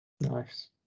nice